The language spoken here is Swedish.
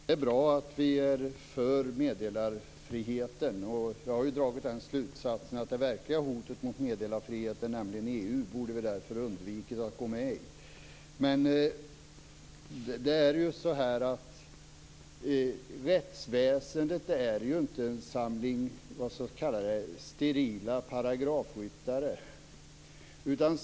Fru talman! Det är bra att vi är för meddelarfriheten. Jag har dragit den slutsatsen att det verkliga hotet mot meddelarfriheten, nämligen EU, borde vi ha undvikit att gå med i. Rättsväsendet är inte en samling sterila paragrafryttare.